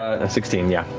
a sixteen. yeah,